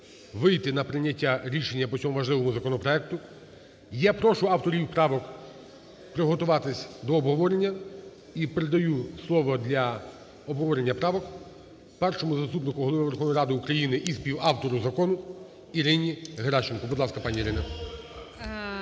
вийти на прийняття рішення по цьому важливому законопроекту. Я прошу авторів правок приготуватись до обговорення. І передаю слово для обговорення правок Першому заступнику Голови Верховної Ради України і співавтору закону Ірині Геращенко. Будь ласка, пані Ірина.